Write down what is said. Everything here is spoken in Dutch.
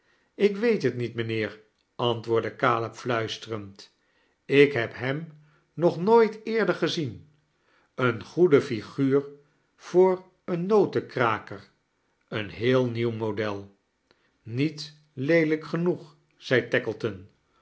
ik weet het niet mijnheer antwoordde caleb fluisterend ik heb hem nog nooit eerder gezien een goede figuur voor een notenkraker een heel nieuw model niet leelijk geinoeg zei